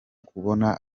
kubona